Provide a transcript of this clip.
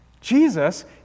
Jesus